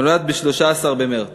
נולד ב-13 במרס.